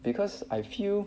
because I feel